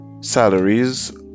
salaries